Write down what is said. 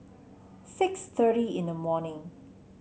six thirty in the morning